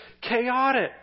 chaotic